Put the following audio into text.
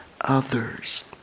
others